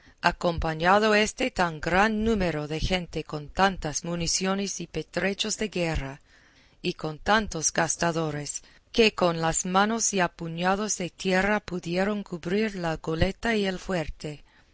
acompañado este tan gran número de gente con tantas municiones y pertrechos de guerra y con tantos gastadores que con las manos y a puñados de tierra pudieran cubrir la goleta y el fuerte